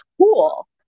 cool